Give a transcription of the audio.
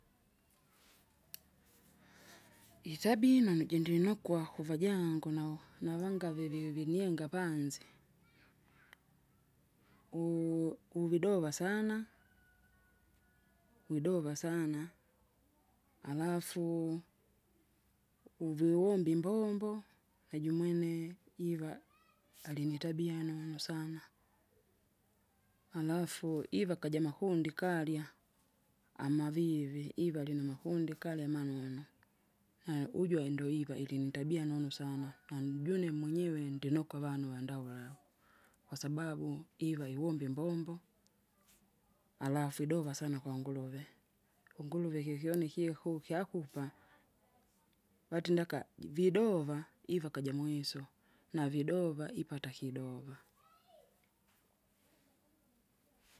itabia inunu jindinukwa kuvajango nao- navanga vivi- vinienga apanzi, u- uvidova sana, wedova sana, alafu, uviwumba imbombo najumwene jiva, alinitabia nunu sana, alafu iva kaja makundi kalya, amavivi ivari namakundi kalya manunu. Haya uju andoiva ilinitabia nunu sana nanjune mwenyewe ndinokwa avanu vandaula kwasababu iva ivombe imbombo, alafu idoka sana kwanguluve unguve kiyoni ikikukyakupa. Vati ndaka jividova, iva kaja mwiso, navidova ipata kidova.